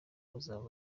bazaba